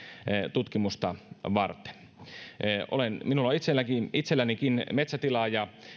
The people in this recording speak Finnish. tutkimusta varten minulla on itsellänikin itsellänikin metsätila ja